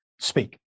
speak